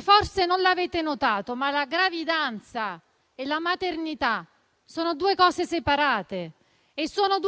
Forse non l'avete notato, ma la gravidanza e la maternità sono due cose separate e sono